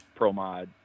ProMod